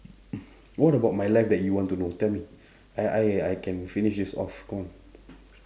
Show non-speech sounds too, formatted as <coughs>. <coughs> what about my life that you want to know tell me <breath> I I I can finish this off come on